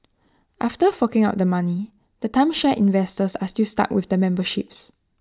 after forking out the money the timeshare investors are still stuck with the memberships